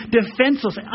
defenseless